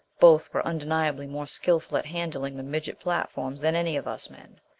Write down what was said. both were undeniably more skillful at handling the midget platforms than any of us men.